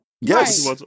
Yes